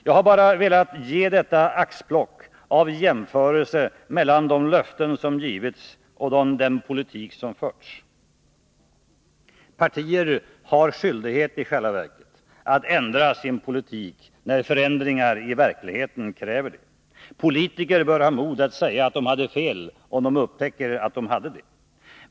Jag har bara velat ge detta axplock av jämförelser mellan de löften som givits och den politik som förts. Partier har i själva verket skyldighet att ändra sin politik, när förändringar i verkligheten kräver det. Politiker bör ha mod att säga att de hade fel, om de upptäcker att de hade fel.